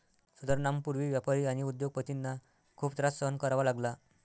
सुधारणांपूर्वी व्यापारी आणि उद्योग पतींना खूप त्रास सहन करावा लागला